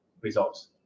results